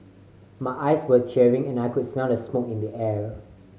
my eyes were tearing and I could smell the smoke in the air